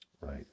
Right